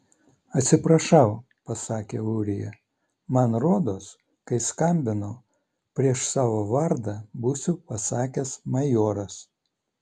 atsiprašau pasakė ūrija man rodos kai skambinau prieš savo vardą būsiu pasakęs majoras